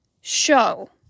show